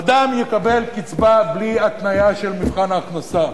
אדם יקבל קצבה בלי התניה של מבחן ההכנסה,